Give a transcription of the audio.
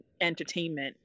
entertainment